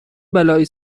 بلایی